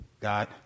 God